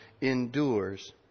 endures